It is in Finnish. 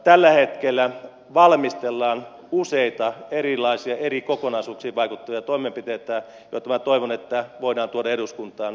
tällä hetkellä valmistellaan useita erilaisia eri kokonaisuuksiin vaikuttavia toimenpiteitä ja minä toivon että niitä voidaan tuoda eduskuntaan